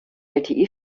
lte